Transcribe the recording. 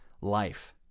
life